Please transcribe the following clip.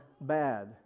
bad